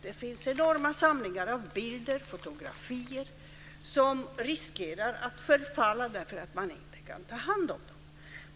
Det finns enorma samlingar av bilder, fotografier, som riskerar att förfalla därför att man inte kan ta hand om dem.